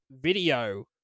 Video